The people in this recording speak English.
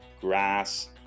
grass